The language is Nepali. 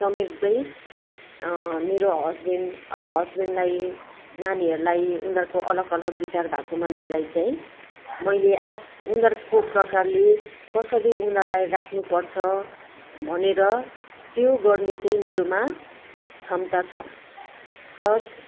समेट्दै मेरो हस्बेन्ड अब हस्बेन्डलाई नानीहरूलाई उदारको अलग अलग विचार भाको मान्छेलाई चाहिँ मैले आफ् उनीहरूको प्रकारले कसरी उनीहरूलाई राख्नुपर्छ भनेर त्यो गर्ने चाहिँ मेरोमा क्षमता छ प्लस